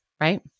right